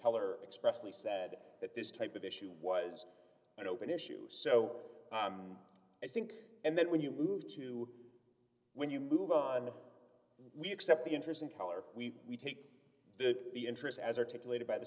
color expressly said that this type of issue was an open issue so i think and then when you move to when you move on we accept the interest in color we take the interest as articulated by the